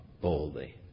boldly